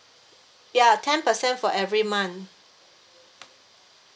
ya ten percent for every month